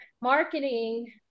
marketing